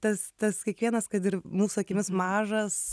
tas tas kiekvienas kad ir mūsų akimis mažas